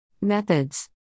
Methods